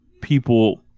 people –